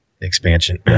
expansion